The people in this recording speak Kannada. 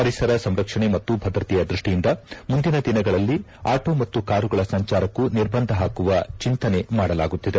ಪರಿಸರ ಸಂರಕ್ಷಣೆ ಮತ್ತು ಭದ್ರತೆಯ ದೃಷ್ಷಿಯಿಂದ ಮುಂದಿನ ದಿನಗಳಲ್ಲಿ ಆಟೋ ಮತ್ತು ಕಾರುಗಳ ಸಂಚಾರಕ್ಕೂ ನಿರ್ಬಂಧ ಹಾಕುವ ಚೆಂತನೆ ಮಾಡಲಾಗುತ್ತಿದೆ